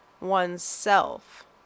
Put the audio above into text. oneself